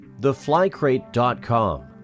Theflycrate.com